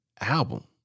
album